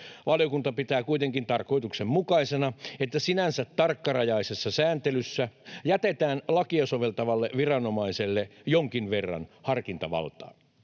Valiokunta pitää kuitenkin tarkoituksenmukaisena, että sinänsä tarkkarajaisessa sääntelyssä jätetään lakia soveltavalle viranomaiselle jonkin verran harkintavaltaa.